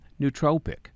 nootropic